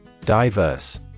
Diverse